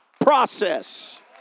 process